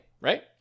right